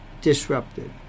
disrupted